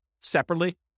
separately